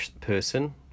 person